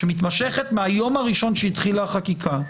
שמתמשכת מהיום הראשון שהתחילה החקיקה,